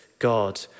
God